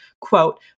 quote